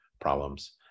problems